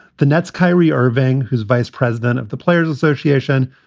the nets kyrie irving, who's vice president of the players association,